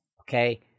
Okay